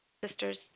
sisters